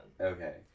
Okay